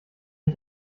ich